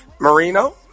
Marino